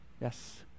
Yes